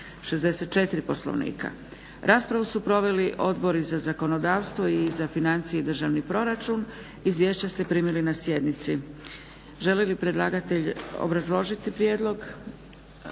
164. Poslovnika. Raspravu su proveli Odbori za zakonodavstvo i za financije i za Državni proračun, izvješća ste primili na sjednici. Želi li predlagatelj obrazložiti prijedlog?